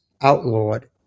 outlawed